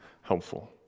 helpful